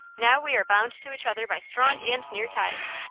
now we are bound to each other by strong and near ties.